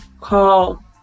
call